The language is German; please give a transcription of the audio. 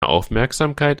aufmerksamkeit